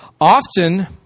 often